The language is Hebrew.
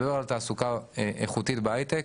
אני מדבר על תעסוקה איכותי בהייטק,